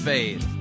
Faith